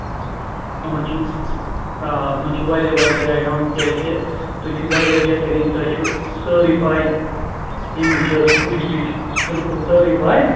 یِمَن چھُ آ آ یِمَن چھُ واریاہ واریاہ جایہِ ہاوُن کیٛازِ کہِ تُہۍ چھِو واریاہ بہتریٖن تۄہہِ چھُو سٲرٕے پَے ییٚمِچ حظ ٹوٗرِسٹٔچ بِلکُل سٲرٕے پَے